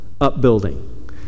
Upbuilding